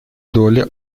долли